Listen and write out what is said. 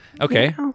okay